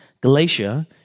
Galatia